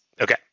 Okay